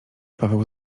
paweł